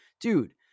dude